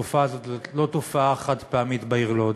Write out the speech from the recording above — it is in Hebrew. התופעה הזאת היא לא תופעה חד-פעמית בעיר לוד.